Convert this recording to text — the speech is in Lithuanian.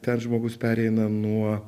ten žmogus pereina nuo